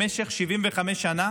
במשך 75 שנה